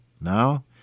Now